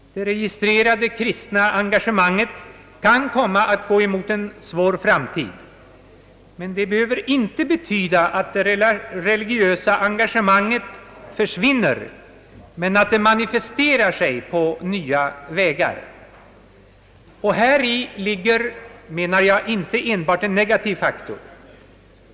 Det registrerade kristna engagemanget kan komma att gå mot en svår framtid. Detta behöver dock inte betyda att det religiösa engagemanget försvinner, bara att det manifesterar sig på nya vägar. Häri ligger, menar jag, inte enbart en negativ faktor.